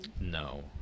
no